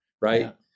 right